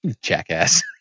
jackass